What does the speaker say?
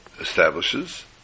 establishes